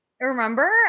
Remember